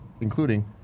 including